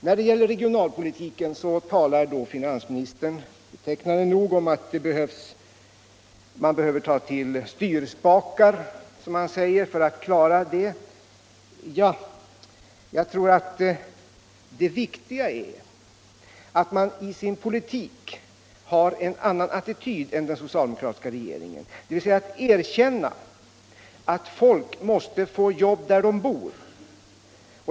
När det gäller regionalpolitiken talar finansministern betecknande nog om att man behöver ta till styrspakar, som han säger, för att klara detta. Ja, jag tror att det viktiga är att man i sin politik har en annan attityd än den socialdemokratiska regeringen, nämligen att man erkänner att folk måste få jobb där de bor.